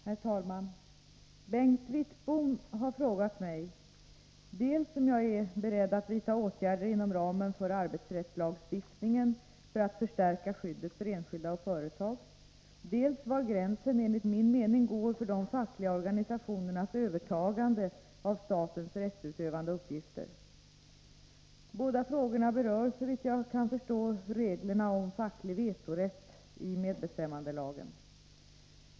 Herr talman! Bengt Wittbom har frågat mig dels om jag är beredd att vidta åtgärder inom ramen för arbetsrättslagstiftningen för att förstärka skyddet för enskilda och företag, dels var gränsen enligt min mening går för de fackliga organisationernas övertagande av statens rättsutövande uppgifter. Båda frågorna berör, såvitt jag kan förstå, reglerna om facklig vetorätt i medbestämmandelagen.